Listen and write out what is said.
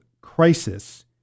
crisis